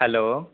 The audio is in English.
hello